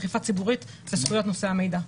אכיפה ציבורית וזכויות נושאי המידע.